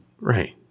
Right